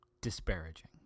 disparaging